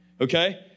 Okay